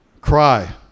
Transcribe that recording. Cry